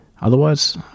Otherwise